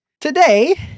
Today